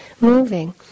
moving